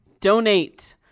donate